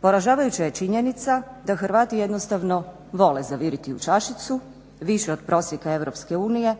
Poražavajuća je činjenica da Hrvati jednostavno vole zaviriti u čašicu više od prosjeka Europske unije.